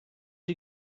you